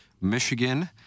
Michigan